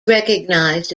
recognized